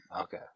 Okay